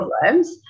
problems